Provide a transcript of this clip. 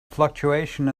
fluctuation